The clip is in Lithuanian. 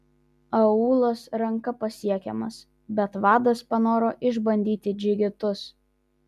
aūlas ranka pasiekiamas bet vadas panoro išbandyti džigitus